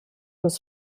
was